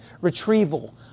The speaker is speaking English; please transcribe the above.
retrieval